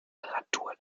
quadratur